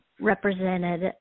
represented